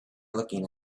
looking